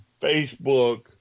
Facebook